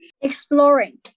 Exploring